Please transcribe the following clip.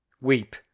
Weep